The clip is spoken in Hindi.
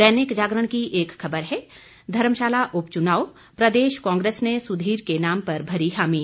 दैनिक जागरण की एक खबर है धर्मशाला उपचुनाव प्रदेश कांग्रेस ने सुधीर के नाम पर भरी हामी